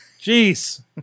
jeez